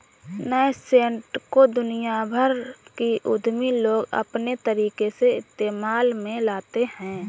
nascent को दुनिया भर के उद्यमी लोग अपने तरीके से इस्तेमाल में लाते हैं